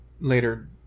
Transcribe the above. later